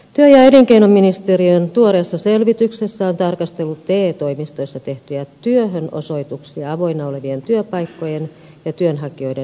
työ ja elinkeinoministeriön tuoreessa selvityksessä on tarkasteltu te toimistoissa tehtyjä työhönosoituksia avoinna olevien työpaikkojen ja työnhakijoiden näkökulmasta